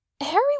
Harry